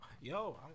Yo